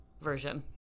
version